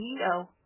CEO